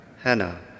Hannah